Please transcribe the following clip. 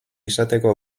izateko